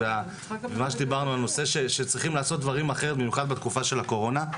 לספורט, במיוחד בתקופת הקורונה.